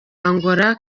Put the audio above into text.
angola